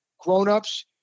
grownups